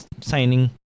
signing